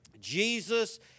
Jesus